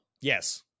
Yes